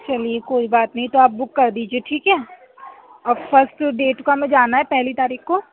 چلیے کوئی بات نہیں تو آپ بک کر دیجیے ٹھیک ہے اب فسٹ ڈیٹ کا ہمیں جانا ہے پہلی تاریخ کو